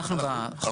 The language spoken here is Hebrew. אנחנו בתוכנית,